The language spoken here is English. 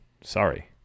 sorry